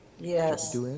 Yes